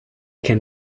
can